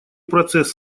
прогресс